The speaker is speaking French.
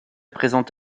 présente